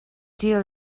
deal